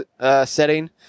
setting